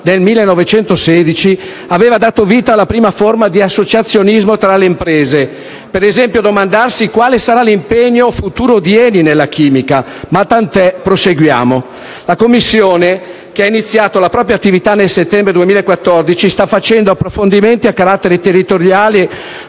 nel 1916, aveva dato vita alla prima forma di associazionismo tra le imprese. Penso ad esempio agli interrogativi su quale sarà l'impegno futuro di ENI nella chimica. Ma tant'è: proseguiamo. La Commissione, che ha iniziato la propria attività nel settembre 2014, sta facendo approfondimenti a carattere territoriale,